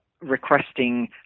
requesting